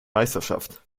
meisterschaft